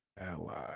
allies